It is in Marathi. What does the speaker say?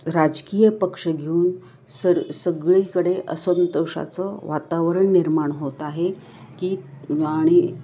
राजकीय पक्ष घेऊन सर सगळीकडे असंतोषाचं वातावरण निर्माण होत आहे की आणि